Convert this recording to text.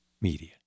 Media